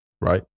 right